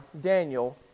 Daniel